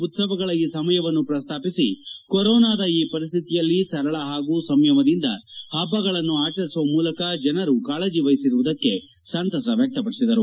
ಉತ್ತವಗಳ ಈ ಸಮಯವನ್ನು ಪ್ರಸ್ತಾಪಿಸಿ ಕೊರೊನಾದ ಈ ಪರಿಸ್ಥಿತಿಯಲ್ಲಿ ಸರಳ ಹಾಗೂ ಸಂಯಮದಿಂದ ಆಚರಿಸುವ ಮೂಲಕ ಜನರು ಕಾಳಜಿ ವಹಿಸಿರುವುದಕ್ಷೆ ಸಂತಸ ವ್ಯಕ್ತಪಡಿಸಿದರು